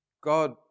God